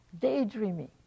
daydreaming